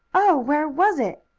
oh, where was it?